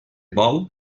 bou